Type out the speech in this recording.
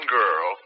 girl